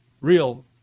real